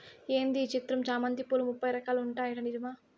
ఏంది ఈ చిత్రం చామంతి పూలు ముప్పై రకాలు ఉంటాయట నిజమా